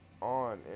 on